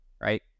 right